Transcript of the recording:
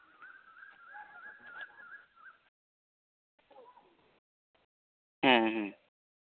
ᱦᱮᱸ ᱦᱮᱸ